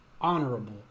honorable